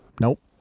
Nope